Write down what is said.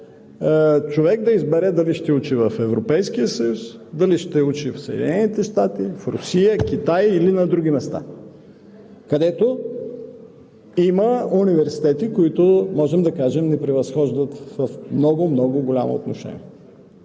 човек да избере дали ще учи в Европейския съюз, дали ще учи в Съединените щати, в Русия, Китай или на други места, където има университети, които ни превъзхождат в много, много голямо отношение.